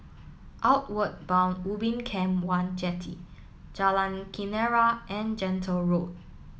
outward Bound Ubin Camp One Jetty Jalan Kenarah and Gentle Road